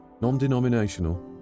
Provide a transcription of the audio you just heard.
non-denominational